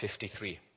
53